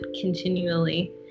continually